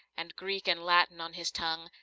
and greek and latin on his tongue,